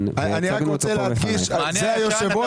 11:57) אני מדגיש הוא היושב-ראש,